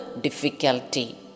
difficulty